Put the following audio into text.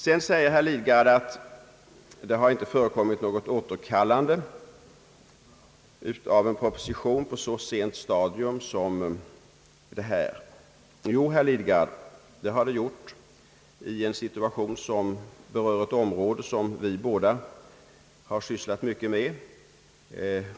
Sedan säger herr Lidgard att det inte har förekommit något återkallande av en proposition på så sent stadium som detta. Jo, herr Lidgard, det har det gjort i en situation som berör ett område vi båda har sysslat mycket med.